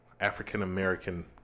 african-american